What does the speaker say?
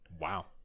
Wow